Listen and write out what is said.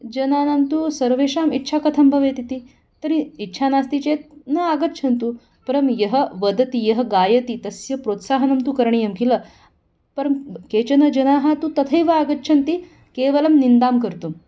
जनानां तु सर्वेषाम् इच्छा कथं भवेत् इति तर्हि इच्छा नास्ति चेत् न आगच्छन्तु परं यः वदति यः गायति तस्य प्रोत्साहनं तु करणीयं किल परं केचन जनाः तु तथैव आगच्छन्ति केवलं निन्दां कर्तुं